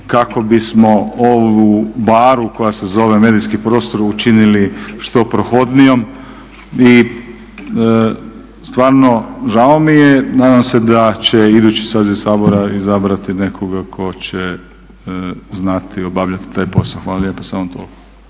kako bismo ovu baru koja se zove medijski prostor učinili što prohodnijom i stvarno žao mi je. Nadam se da će idući saziv Sabora izabrati nekoga tko će znati obavljati taj posao. Hvala lijepa, samo toliko.